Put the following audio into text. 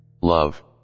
Love